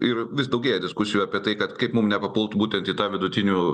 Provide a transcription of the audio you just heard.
ir vis daugėja diskusijų apie tai kad kaip mum nepapult būtent į tą vidutinių